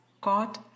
god